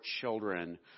children